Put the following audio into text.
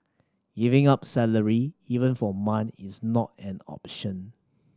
giving up salary even for a month is not an option